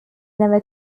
never